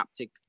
haptic